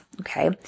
Okay